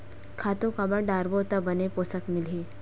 खातु काबर डारबो त बने पोषण मिलही?